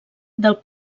del